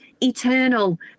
eternal